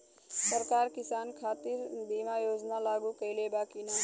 सरकार किसान खातिर बीमा योजना लागू कईले बा की ना?